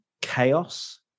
chaos